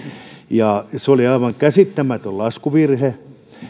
suuntaan se oli aivan käsittämätön laskuvirhe